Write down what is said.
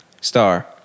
star